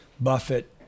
Buffett